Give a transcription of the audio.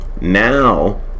Now